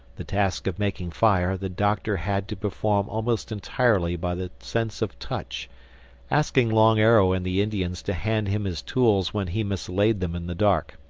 the task of making fire the doctor had to perform almost entirely by the sense of touch asking long arrow and the indians to hand him his tools when he mislaid them in the dark.